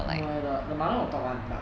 no no the mother will talk [one] but